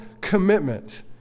commitment